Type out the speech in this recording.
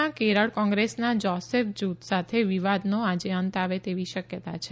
માં કેરળ કોંગ્રેસના જોસેફ જૂથ સાથે વિવાદનો આજે અંત આવે તેવી શક્યતા છે